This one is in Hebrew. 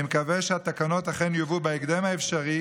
אני מקווה שהתקנות אכן יובאו בהקדם האפשרי,